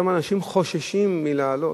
שם אנשים חוששים לעלות.